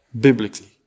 biblically